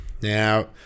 now